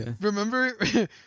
Remember